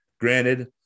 Granted